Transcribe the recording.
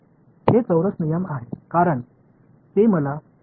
தெரிந்து கொள்ள வேண்டிய அனைத்தையும் சொல்கிறது